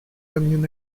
ham